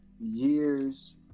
years